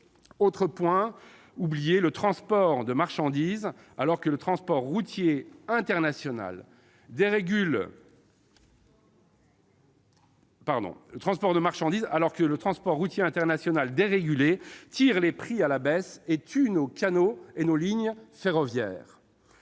Autre point oublié : le transport de marchandises, alors que le transport routier international dérégulé tire les prix à la baisse et tue nos canaux et nos lignes ferroviaires.